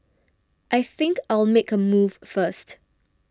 I think I'll make a move first